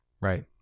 Right